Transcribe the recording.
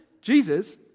Jesus